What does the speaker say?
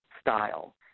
style